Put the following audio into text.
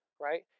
right